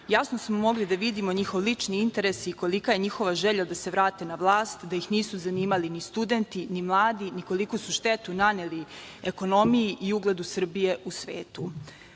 smo mogli da vidimo njihov lični interes i kolika je njihova želja da se vrate na vlast, da ih nisu zanimali studenti ni mladi, ni koliku su štetu naneli ekonomiji i ugledu Srbije u